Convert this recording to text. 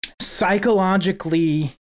psychologically